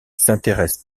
s’intéresse